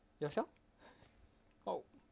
yourself !wow!